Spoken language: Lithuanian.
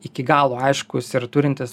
iki galo aiškūs ir turintys